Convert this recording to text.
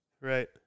Right